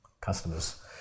customers